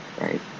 right